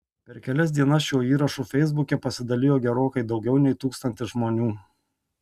per kelias dienas šiuo įrašu feisbuke pasidalijo gerokai daugiau nei tūkstantis žmonių